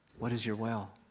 what is your whale?